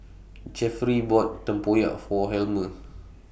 Jefferey bought Tempoyak For Helmer